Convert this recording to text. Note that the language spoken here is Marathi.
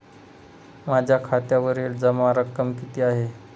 माझ्या खात्यावरील जमा रक्कम किती आहे?